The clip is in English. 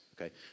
Okay